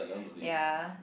ya